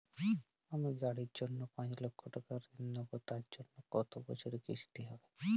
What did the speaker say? আমি গাড়ির জন্য পাঁচ লক্ষ টাকা ঋণ নেবো তার জন্য কতো বছরের কিস্তি হবে?